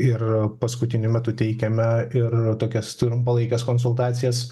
ir paskutiniu metu teikiame ir tokias trumpalaikes konsultacijas